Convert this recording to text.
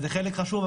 זה חלק חשוב,